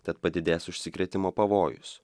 tad padidės užsikrėtimo pavojus